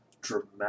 dramatic